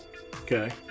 Okay